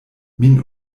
min